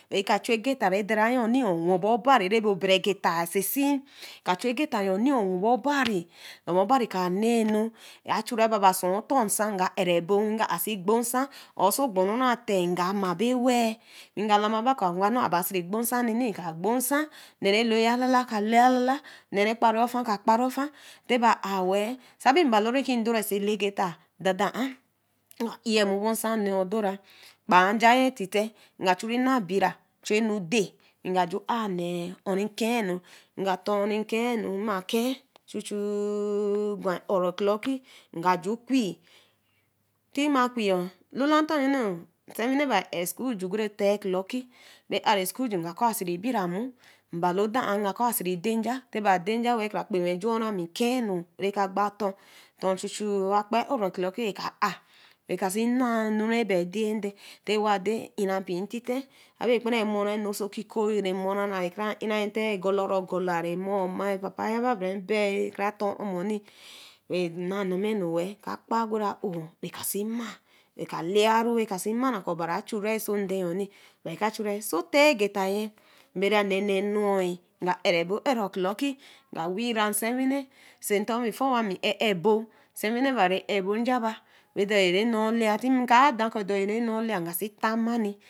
Ɛka chu gita redre-yornẽ worbor bari rebe oberi gita so ɛsi-i rechu gita yorni wobo barib lama obari kɔ̃ aheenu achuri babã sooh otor-nsa nga ɛrabo we ga arsi gbo nsa or so ogborah tee nga ma ɛbo wel we ga lama ba kɔ̃ aba asiri gbo nsa nene ka gbo nsa oheh loi lala ka loi alala oneh okpari ofa k kpari te ba ae wel sa be mbalo re dori so ɛla vita dordor-ah nga ɛɛ̃h nmo bo nsa neh odora kpen nja-yi tẽte nga chu-rẽ nah brna chu enu dee wẽ nga ju ae neeh õw re keenu nga tor on keenu wi ma keeh chuchu-u oh gwa ũro clocki we nga ju que tema qũe a lolator-ue ovari nse wine habra ɛh school ju kru otaa-clocki be ãe school ju nga kɔ̃ asi-si bira moo mbalo doraa asi-i de nja tenah dee nja wel wekua kpenqel ju ũr ra mi keenu we ga gba tor tor chuchu-u wa kpa ũ'ro clocki reka ãr reka sẽ naa ɛnu rebi edii nden tewa dei inva mpii titee sa be kpara ɛmora ɛhu so okikoh remo-oh rekara in-tite regolara ogola rema oma-c̃ papa yaba bra bi retor umoni renaah demamy wel ɛka kpa oguraa o'reka si ma reka lai kɔ̃ obari chure so deh-oh obari ka ehuri, so otel gita bera nnenenu-e nga ekbo uro clocki nga wii-ra siwini sa ntor be for wa me ɛ-ɛbo sawini naa bre njaba we borẽ enorr olai ti kra dah kɔ̃ doru nor olai nga si tamani